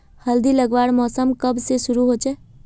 हल्दी लगवार मौसम कब से शुरू होचए?